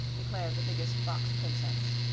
declared the biggest fox-princess.